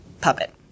puppet